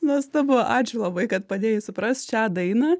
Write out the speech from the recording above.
nuostabu ačiū labai kad padėjai suprast šią dainą